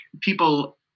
people